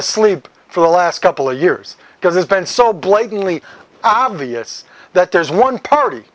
asleep for the last couple of years because it's been so blatantly obvious that there's one party